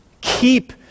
Keep